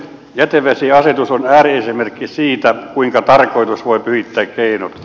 jätevesiasetus on ääriesimerkki siitä kuinka tarkoitus voi pyhittää keinot